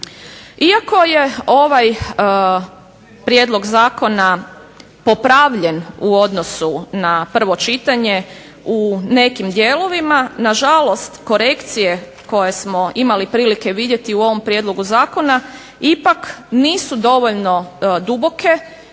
Iako je ovaj prijedlog zakona popravljen u odnosu na prvo čitanje u nekim dijelovima, na žalost, korekcije koje smo imali prilike vidjeti u ovom prijedlogu zakona ipak nisu dovoljno duboke